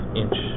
inch